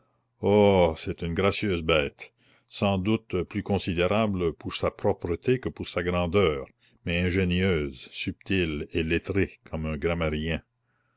oh c'est une gracieuse bête sans doute plus considérable pour sa propreté que pour sa grandeur mais ingénieuse subtile et lettrée comme un